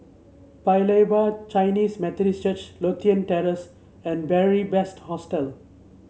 Paya Lebar Chinese Methodist Church Lothian Terrace and Beary Best Hostel